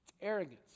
Arrogance